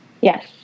Yes